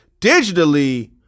Digitally